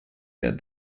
that